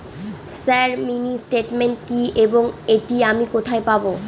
Sir mini statement কি এবং এটি আমি কোথায় পাবো?